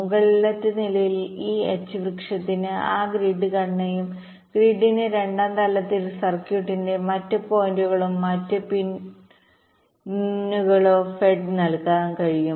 മുകളിലത്തെ നിലയിൽ ഈ H വൃക്ഷത്തിന് ആ ഗ്രിഡ് ഘടനയും ഗ്രിഡിന് രണ്ടാം തലത്തിൽ സർക്യൂട്ടിന്റെ മറ്റ് പോയിന്റുകളോ മറ്റ് പിനുകളോഫെഡ് നൽകാൻ കഴിയും